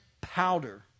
powder